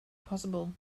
possible